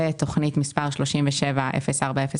תכנית מס' 370405